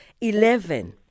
Eleven